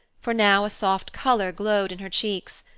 for now a soft color glowed in her cheeks,